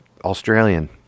Australian